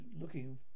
looking